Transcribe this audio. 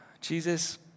Jesus